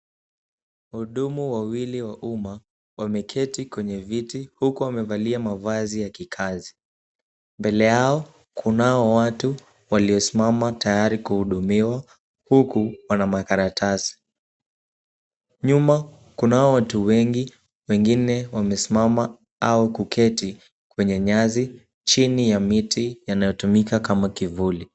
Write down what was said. Wahudumu wawili wa umma wameketi kwenye viti huku wamevalia mavazi ya kikazi . Mbele yao kunao watu waliosimama tayari kuhudumiwa huku wana makaratasi. Nyuma kunao watu wengi wengine wamesimama au kuketi kwenye nyasi chini ya miti yanayotumika kama kivuli.